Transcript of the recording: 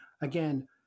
again